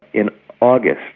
in august,